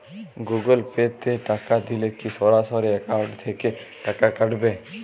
Google Pay তে টাকা দিলে কি সরাসরি অ্যাকাউন্ট থেকে টাকা কাটাবে?